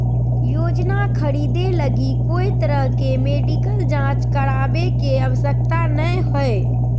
योजना खरीदे लगी कोय तरह के मेडिकल जांच करावे के आवश्यकता नयय हइ